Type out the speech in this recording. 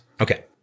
Okay